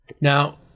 Now